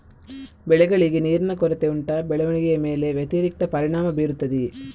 ಬೆಳೆಗಳಿಗೆ ನೀರಿನ ಕೊರತೆ ಉಂಟಾ ಬೆಳವಣಿಗೆಯ ಮೇಲೆ ವ್ಯತಿರಿಕ್ತ ಪರಿಣಾಮಬೀರುತ್ತದೆಯೇ?